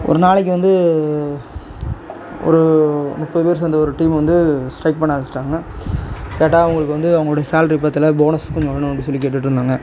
ஒரு நாளைக்கு வந்து ஒரு முப்பது பேர் சேர்ந்த ஒரு டீம் வந்து ஸ்டைக் பண்ண ஆரம்மிச்சிட்டாங்க கேட்டால் அவங்களுக்கு வந்து அவங்களோட சால்ரி பத்தலை போனஸும் கொஞ்சம் வேணும் அப்படினு சொல்லி கேட்டுகிட்டு இருந்தாங்க